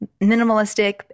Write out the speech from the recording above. minimalistic